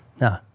No